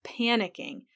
panicking